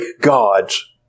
gods